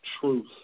truth